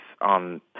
on